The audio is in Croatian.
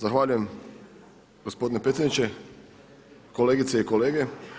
Zahvaljujem gospodine predsjedniče, kolegice i kolege.